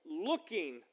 looking